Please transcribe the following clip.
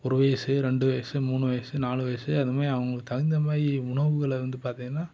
ஒரு வயசு ரெண்டு வயசு மூணு வயசு நாலு வயசு அந்தமாரி அவங்களுக்கு தகுந்தமாரி உணவுகளை வந்து பார்த்திங்கன்னா